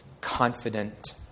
confident